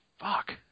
fuck